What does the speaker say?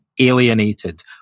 alienated